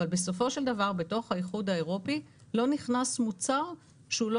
אבל בסופו של דבר בתוך האיחוד האירופי לא נכנס מוצר שהוא לא